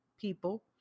people